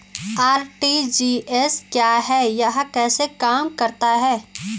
RTGS क्या है यह कैसे काम करता है?